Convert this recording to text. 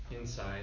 inside